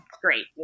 great